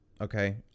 Okay